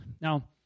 Now